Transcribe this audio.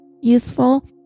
useful